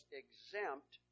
exempt